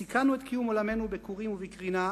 סיכנו את קיום עולמנו בכורים ובקרינה.